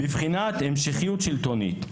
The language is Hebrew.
בבחינת המשכיות שלטונית".